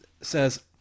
says